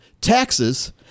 taxes